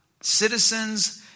citizens